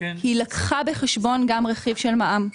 היא לקחה בחשבון גם רכיב של מע"מ,